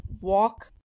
walk